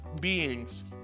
beings